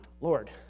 Lord